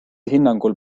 hinnangul